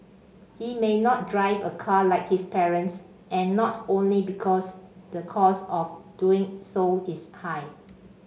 he may not drive a car like his parents and not only because the cost of doing so is high